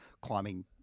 climbing